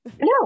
no